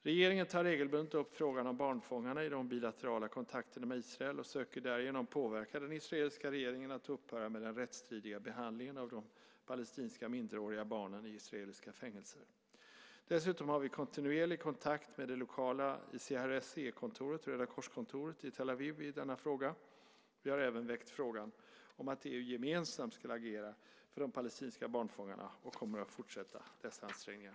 Regeringen tar regelbundet upp frågan om barnfångarna i de bilaterala kontakterna med Israel och söker därigenom påverka den israeliska regeringen att upphöra med den rättsstridiga behandlingen av de palestinska minderåriga barnen i israeliska fängelser. Dessutom har vi kontinuerlig kontakt med det lokala ICRC-kontoret, Röda Korsets kontor, i Tel Aviv i denna fråga. Vi har även väckt frågan om att EU gemensamt ska agera för de palestinska barnfångarna och kommer att fortsätta dessa ansträngningar.